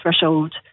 threshold